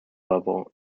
level